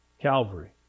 Calvary